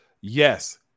Yes